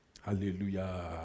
Hallelujah